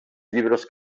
llibres